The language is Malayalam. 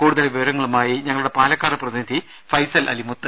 കൂടുതൽ വിവരങ്ങളുമായി ഞങ്ങളുടെ പാലക്കാട് പ്രതിനിധി ഫൈസൽ അലിമുത്ത്